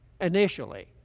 initially